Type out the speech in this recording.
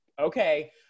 okay